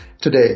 today